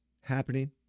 happening